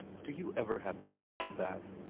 do you ever have fits like that?